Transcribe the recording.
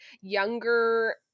younger